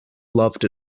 loved